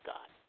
God